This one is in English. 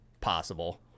possible